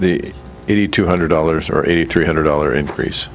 the eighty two hundred dollars or a three hundred dollar increase